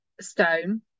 stone